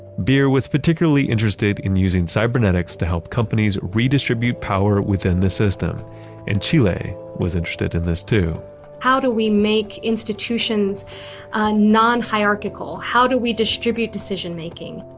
beer was particularly interested in using cybernetics to help companies redistribute power within the system and chile was interested in this too how do we make institutions non-hierarchical? how do we distribute decision-making?